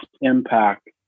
impact